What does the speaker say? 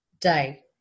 day